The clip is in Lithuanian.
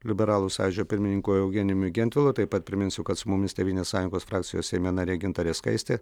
liberalų sąjūdžio pirmininku eugenijumi gentvilu taip pat priminsiu kad su mumis tėvynės sąjungos frakcijos seime narė gintarė skaistė